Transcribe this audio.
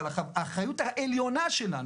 אבל האחריות העליונה שלנו,